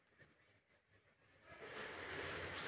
परवल अथवा परोरक खेती सं किसान खूब मुनाफा कमा सकै छै